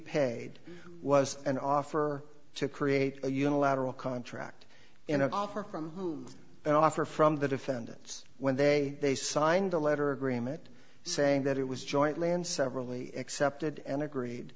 paid was an offer to create a unilateral contract in an offer from an offer from the defendants when they they signed a letter agreement saying that it was jointly and severally accepted and agreed